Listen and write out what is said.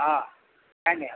ହଁ ଧନ୍ୟବାଦ